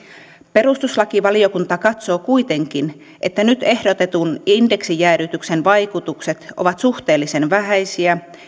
perustuslakivaliokunta katsoo kuitenkin että nyt ehdotetun indeksijäädytyksen vaikutukset ovat suhteellisen vähäisiä